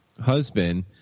husband